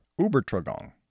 ubertragung